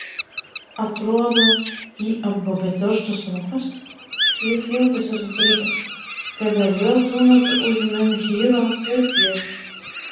atrodo jį apgaubė tirštas rūkas jis jautėsi sutrikęs tegalėjo tūnoti už menhyro ir tiek